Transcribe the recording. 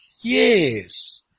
yes